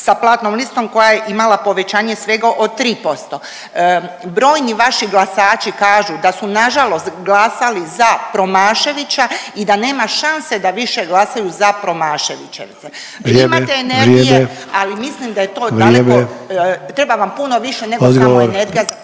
sa platnom listom koja je imala povećanje svega od 3%. Brojni vaši glasači kažu da su nažalost glasali za Promaševića i da nema šanse da više glasaju za Promaševića. …/Upadica Sanader: Vrijeme, vrijeme./…. Imate energije, ali